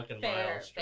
fair